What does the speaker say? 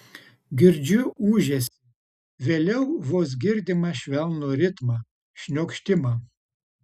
girdžiu ūžesį vėliau vos girdimą švelnų ritmą šniokštimą